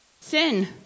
sin